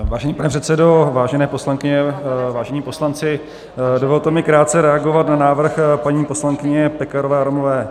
Vážený pane předsedo, vážené poslankyně, vážení poslanci, dovolte mi krátce reagovat na návrh paní poslankyně Pekarové Adamové.